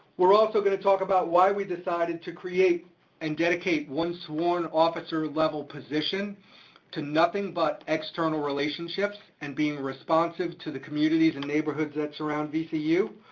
we're also gonna talk about why we decided to create and dedicate one sworn officer-level position to nothing but external relationships, and being responsive to the communities and neighborhoods that surround vcu.